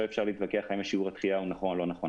אפשר להתווכח האם שיעור הדחייה נכון או לא נכון.